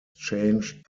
changed